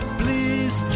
please